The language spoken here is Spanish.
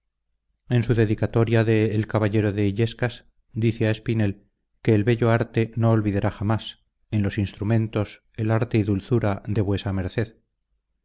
en su dedicatoria de el caballero de illescas dice a espinel que el bello arte no olvidará jamás en los instrumentos el arte y dulzura de vuesa merced